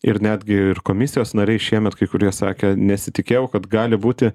ir netgi ir komisijos nariai šiemet kai kurie sakė nesitikėjau kad gali būti